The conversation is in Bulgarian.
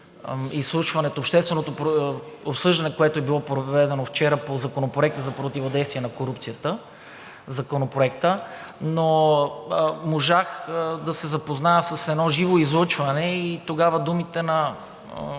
следя общественото обсъждане, което е било проведено вчера по Законопроекта за противодействие на корупцията, но можах да се запозная с едно живо излъчване и тогава думите на